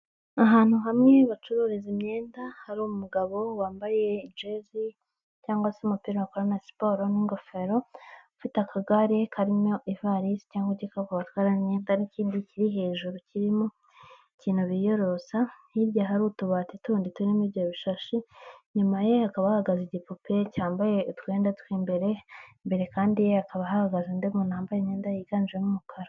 Ahantu hamwe bacururiza imyenda, hari umugabo wambaye jezi cyangwa se umupira bakorana siporo n'ingofero, ufite akagare karimo ivalisi cyangwa igikapu batwaramo imyenda n'ikindi kiri hejuru kirimo ikintu biyorosa, hirya hari utubati tundi turimo ibyo ibishashi, inyuma ye hakaba hahagaze igipope cyambaye utwenda tw'imbere, imbere ye kandi hakaba hahagaze undi muntu wambaye imyenda yiganjemo umukara.